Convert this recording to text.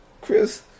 Chris